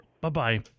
Bye-bye